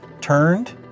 turned